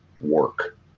work